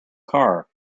car